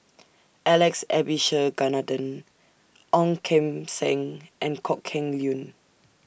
Alex Abisheganaden Ong Kim Seng and Kok Heng Leun